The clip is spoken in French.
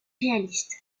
réaliste